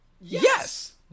Yes